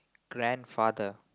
grandfather